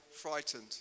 frightened